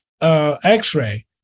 x-ray